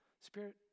Spirit